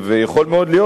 יכול מאוד להיות,